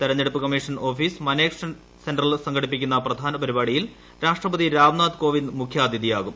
തെരഞ്ഞെടുപ്പ് commission office Manekshaw സെന്ററിൽ സംഘടിപ്പിക്കുന്ന പ്രധാന പരിപാടിയിൽ രാഷ്ട്രപതി രാംനാഥ് കോവിന്ദ് മുഖ്യ അതിഥിയാകും